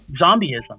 zombieism